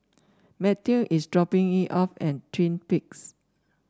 Matthew is dropping me off at Twin Peaks